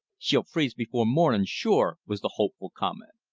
she'll freeze before morning, sure, was the hopeful comment.